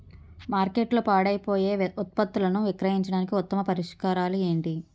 మార్కెట్లో పాడైపోయే ఉత్పత్తులను విక్రయించడానికి ఉత్తమ పరిష్కారాలు ఏంటి?